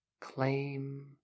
Claim